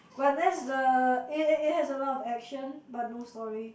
but that's the it it has a lot of action but no story